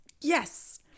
Yes